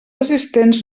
assistents